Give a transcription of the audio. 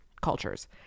cultures